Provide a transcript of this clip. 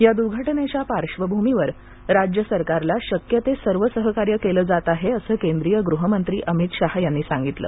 या दुर्घटनेच्या पार्श्वभूमीवर राज्य सरकारला शक्य ते सर्व सहकार्य केल जात आहे असं केंद्रीय गृहमंत्री अमित शहा यांनी सांगितलं